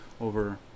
over